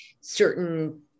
certain